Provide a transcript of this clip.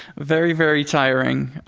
very very tiring,